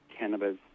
cannabis